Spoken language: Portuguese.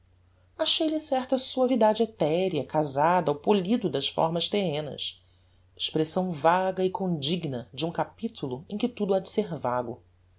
jantar achei lhe certa suavidade etherea casada ao polido das fórmas terrenas expressão vaga e condigna de um capitulo em que tudo ha de ser vago